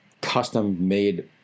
custom-made